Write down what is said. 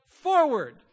forward